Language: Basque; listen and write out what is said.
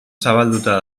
zabalduta